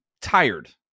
tired